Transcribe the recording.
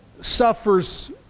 suffers